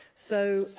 so,